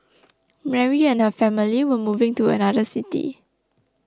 Mary and her family were moving to another city